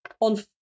on